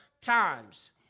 times